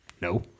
no